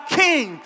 king